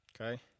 okay